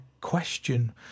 question